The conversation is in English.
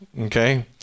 okay